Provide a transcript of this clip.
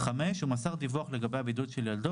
(5)הוא מסר דיווח לגבי הבידוד של ילדו